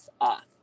off